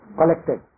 collected